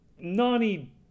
Nani